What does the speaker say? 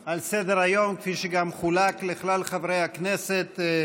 על סדר-היום, וגם חולקה לכלל חברי הכנסת,